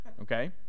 Okay